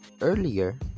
earlier